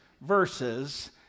verses